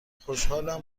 خوشحالم